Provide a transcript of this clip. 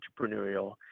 entrepreneurial